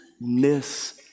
miss